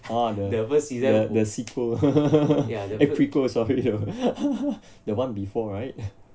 oh the the sequel eh prequel sorry the one before right